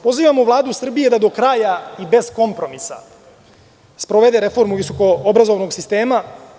Pozivamo Vladu Srbije da do kraja i bez kompromisa sprovede reformu visoko-obrazovnog sistema.